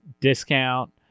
discount